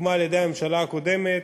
שהוקמה על-ידי הממשלה הקודמת,